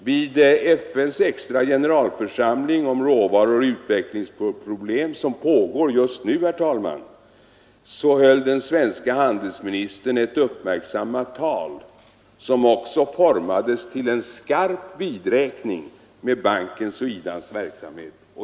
Vid FN:s extra generalförsamling om råvaruoch utvecklingsproblem som pågår just nu har den svenske handelsministern hållit ett uppmärksammat tal, som också formades till en skarp vidräkning med bankens och IDA:s verksamhet.